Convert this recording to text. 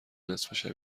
نصفه